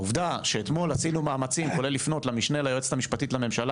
העובדה שאתמול עשינו מאמצים כולל לפנות למשנה ליועצת המשפטית לממשלה